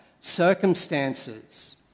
circumstances